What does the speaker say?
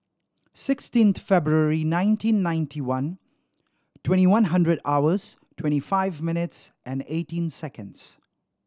sixteen February nineteen ninety one twenty one hundred hours twenty five minutes and eighteen seconds